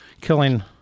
killing